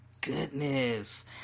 goodness